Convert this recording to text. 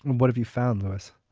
what have you found, louis?